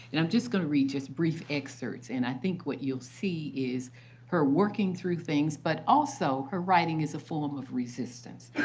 and i'm just going to read just brief excerpts. and i think what you'll see is her working through things but also her writing as a form of resistance.